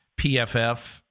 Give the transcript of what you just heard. PFF